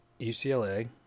UCLA